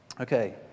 okay